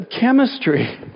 chemistry